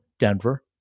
Denver